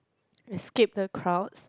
escape the crowds